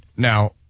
Now